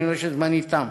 אני רואה שזמני תם.